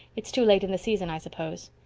it's too late in the season, i suppose.